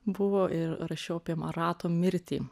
buvo ir rašiau apie marato mirtį